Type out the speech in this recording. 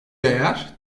değer